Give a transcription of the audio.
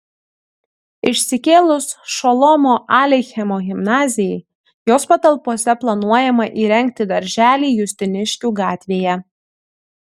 išsikėlus šolomo aleichemo gimnazijai jos patalpose planuojama įrengti darželį justiniškių gatvėje